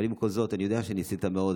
עם כל זאת, אני יודע שניסית מאוד.